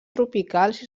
tropicals